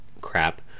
crap